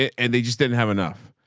and they just didn't have enough.